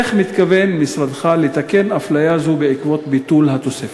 3. איך מתכוון משרדך לתקן אפליה זו בעקבות ביטול התוספת?